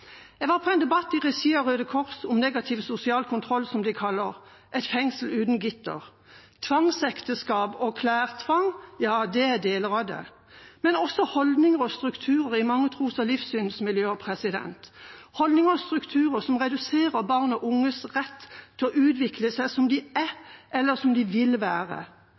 Jeg var på en debatt i regi av Røde Kors om negativ sosial kontroll, som de kaller et fengsel uten gitter. Tvangsekteskap og klestvang er deler av det, men også holdninger og strukturer i mange tros- og livssynsmiljøer – holdninger og strukturer som reduserer barn og unges rett til å utvikle seg som de er, eller som de vil være.